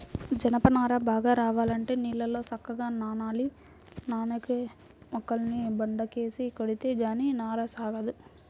జనప నార బాగా రావాలంటే నీళ్ళల్లో సక్కంగా నానాలి, నానేక మొక్కల్ని బండకేసి కొడితే గానీ నార సాగదు